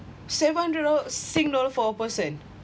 seven hundred sing dollar for a person